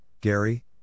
Gary